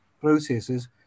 processes